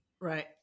Right